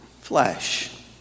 flesh